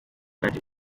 cadre